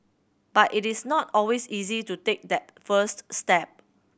but it is not always easy to take that first step